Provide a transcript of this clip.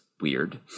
weird